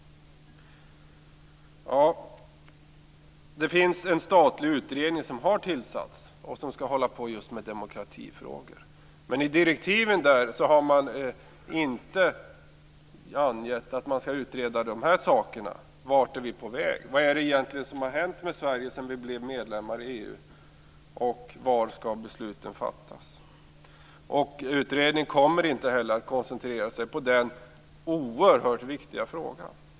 Det finns en statlig utredning tillsatt som skall hålla på med just demokratifrågor. Men i direktiven har det inte angetts att man skall utreda de här sakerna - vart vi är på väg, vad det egentligen är som har hänt med Sverige sedan vi blev medlemmar i EU och var besluten skall fattas. Utredningen kommer inte heller att koncentrera sig på denna oerhört viktiga fråga.